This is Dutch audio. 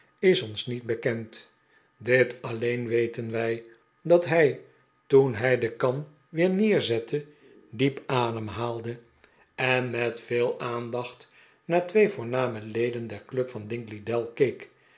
is ons niet bekend dit alleen weten wij dat hij toen hij de kan weer neerzette diep ademhaalde en met veel aandacht naar twee voorname leden der club van dingley dell keek